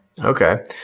Okay